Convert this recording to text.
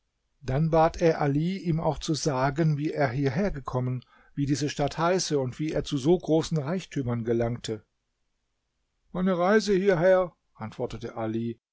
dann bat er ali ihm nun auch zu sagen wie er hierhergekommen wie diese stadt heiße und wie er zu so großen reichtümern gelangte meine reise hierher antwortete ali